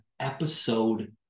Episode